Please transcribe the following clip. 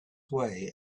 way